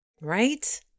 right